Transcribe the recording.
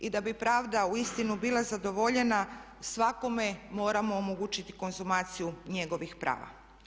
I da bi pravda uistinu bila zadovoljena svakome moramo omogućiti konzumaciju njegovih prava.